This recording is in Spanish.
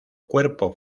cuerpo